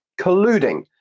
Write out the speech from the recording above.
colluding